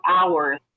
hours